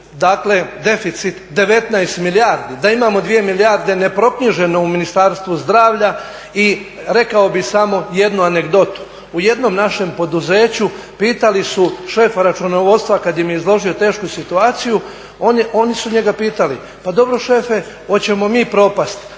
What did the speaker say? dakle deficit 19 milijardi, da imamo 2 milijarde neproknjiženo u Ministarstvu zdravlja i rekao bih samo jednu anegdotu. U jednom našem poduzeću pitali su šefa računovodstva kad im je izložio tešku situaciju oni su njega pitali pa dobro šefe hoćemo mi propasti.